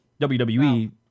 WWE